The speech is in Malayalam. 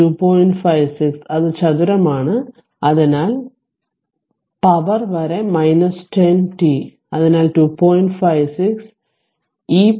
56 അത് ചതുരമാണ് അതിനാൽ പവർ വരെ 10 ടി അതിനാൽ 2